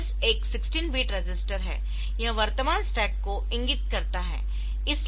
SS एक 16 bit register है यह वर्तमान स्टैक को इंगित करता है